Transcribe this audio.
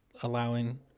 allowing